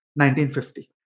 1950